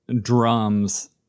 drums